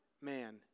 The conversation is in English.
man